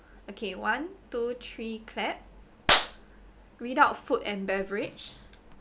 okay one two three clap read out food and beverage